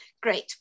Great